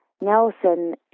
Nelson